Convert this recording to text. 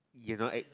you don't act